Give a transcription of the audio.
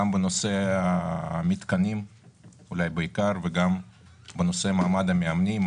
גם את נושא המתקנים וגם את הנושא של מעמד המאמנים.